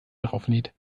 draufnäht